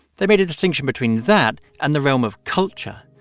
they made a distinction between that and the realm of culture,